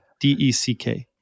D-E-C-K